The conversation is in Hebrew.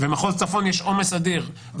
ובמחוז הצפון יש עומס אדיר,